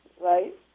right